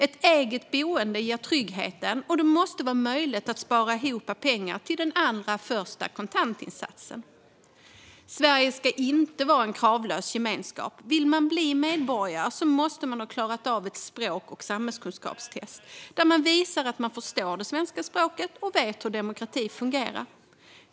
Ett eget boende ger trygghet, och det måste vara möjligt att spara ihop pengar till den allra första kontantinsatsen. Sverige ska inte vara en kravlös gemenskap. Vill man bli medborgare måste man ha klarat av ett språk och samhällskunskapstest, där man visar att man förstår det svenska språket och vet hur demokrati fungerar.